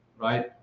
right